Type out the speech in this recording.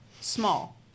small